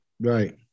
right